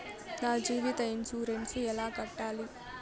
నా జీవిత ఇన్సూరెన్సు ఎలా కట్టాలి?